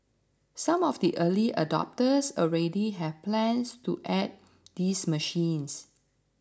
some of the early adopters already have plans to add these machines